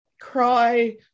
cry